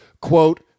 quote